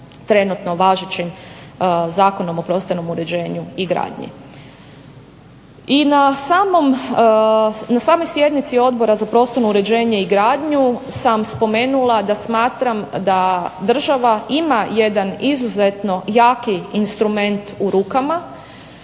I na samoj sjednici Odbora za prostorno uređenje i gradnju sam spomenula da smatram da država ima jedan izuzetno jaki instrument u rukama,